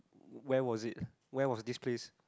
where was it where was this place